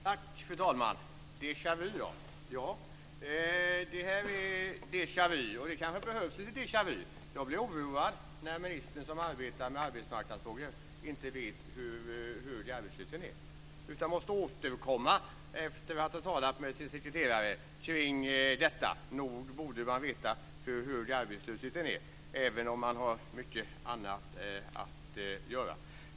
Fru talman! Det talades om déjà vu. Det här är déjà vu, och det kanske behövs lite grann. Jag blir oroad när ministern som arbetar med arbetsmarknadsfrågor inte vet hur hög arbetslösheten är utan måste återkomma efter att ha talat med sin sekreterare om detta. Nog borde man veta hur hög arbetslösheten är, även om man har mycket annat att göra.